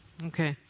Okay